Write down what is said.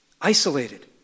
isolated